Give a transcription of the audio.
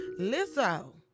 Lizzo